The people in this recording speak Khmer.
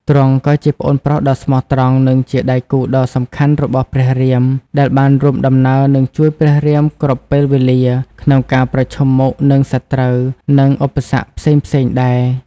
ទ្រង់ក៏ជាប្អូនប្រុសដ៏ស្មោះត្រង់ និងជាដៃគូដ៏សំខាន់របស់ព្រះរាម ដែលបានរួមដំណើរ និងជួយព្រះរាមគ្រប់ពេលវេលា ក្នុងការប្រឈមមុខនឹងសត្រូវ និងឧបសគ្គផ្សេងៗដែរ។